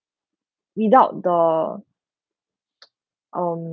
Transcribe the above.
without the um